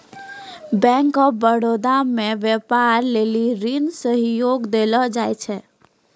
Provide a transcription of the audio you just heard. bank of Baroda मे व्यपार लेली ऋण सेहो देलो जाय छै